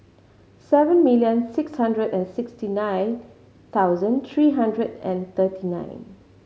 seven million six hundred and sixty nine thousand three hundred and thirty nine